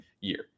year